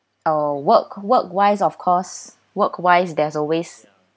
uh work work wise of course work wise there's always